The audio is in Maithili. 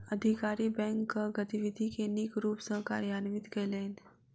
अधिकारी बैंकक गतिविधि के नीक रूप सॅ कार्यान्वित कयलैन